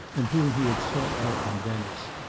and whom he had sought out in venice.